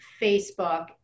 Facebook